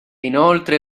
inoltre